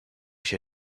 się